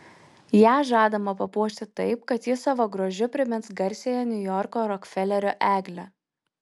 ją žadama papuošti taip kad ji savo grožiu primins garsiąją niujorko rokfelerio eglę